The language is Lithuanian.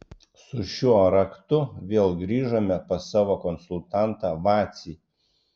su šiuo raktu vėl grįžome pas savo konsultantą vacį